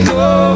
go